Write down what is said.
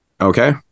Okay